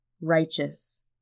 righteous